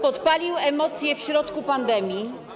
Podpalił emocje w środku pandemii.